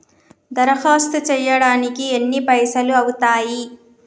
దరఖాస్తు చేయడానికి ఎన్ని పైసలు అవుతయీ?